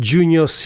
Junior